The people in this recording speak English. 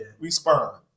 respond